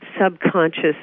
subconscious